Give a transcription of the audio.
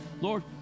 Lord